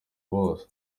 bose